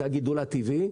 זה הגידול הטבעי,